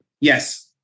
Yes